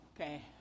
Okay